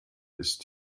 ist